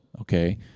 okay